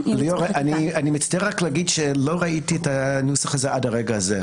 אני מצטער רק להגיד שלא ראיתי את הנוסח הזה עד הרגע הזה,